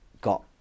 got